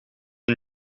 een